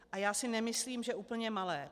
A já si nemyslím, že úplně malé.